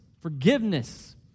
forgiveness